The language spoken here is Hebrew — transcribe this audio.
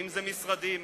ואם משרדים.